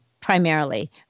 primarily